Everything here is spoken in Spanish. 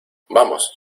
vamos